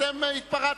אתם התפרצתם.